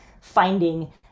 finding